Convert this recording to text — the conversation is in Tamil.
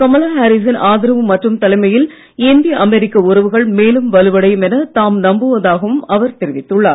கமலா ஹாரிசின் ஆதரவு மற்றும் தலைமையில் இந்திய அமெரிக்க உறவுகள் மேலும் வலுவடையும் என தாம் நம்புவதாகவும் அவர் தெரிவித்துள்ளார்